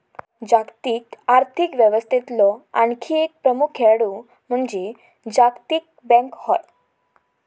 जागतिक आर्थिक व्यवस्थेतलो आणखी एक प्रमुख खेळाडू म्हणजे जागतिक बँक होय